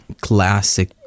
classic